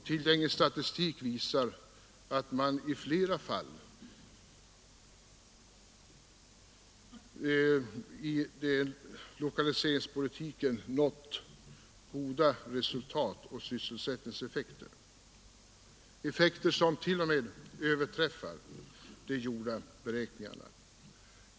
Tillgänglig statistik visar att man genom den förda lokaliseringspolitiken i flera fall nått goda resultat och sysselsättningseffekter, effekter som t.o.m. överträffar de gjorda beräkningarna.